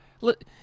look